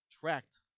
tracked